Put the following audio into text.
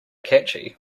catchy